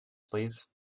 please